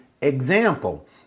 example